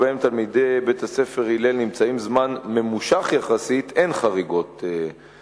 בית-ספר "הלל" ברמת-גן,